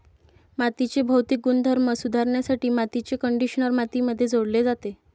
मातीचे भौतिक गुणधर्म सुधारण्यासाठी मातीचे कंडिशनर मातीमध्ये जोडले जाते